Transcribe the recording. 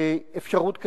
אפשרות כזאת,